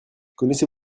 connaissez